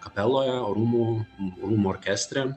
kapeloje rūmų rūmų orkestre